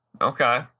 Okay